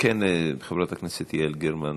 חברת הכנסת יעל גרמן,